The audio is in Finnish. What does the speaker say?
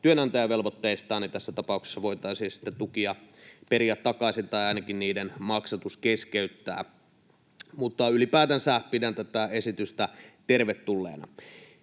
työnantajavelvoitteistaan, niin tässä tapauksessa voitaisiin siten tukia periä takaisin tai ainakin niiden maksatus keskeyttää. Ylipäätänsä pidän tätä esitystä tervetulleena.